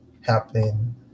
happening